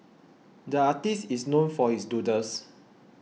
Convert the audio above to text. the artist is known for his doodles